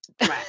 right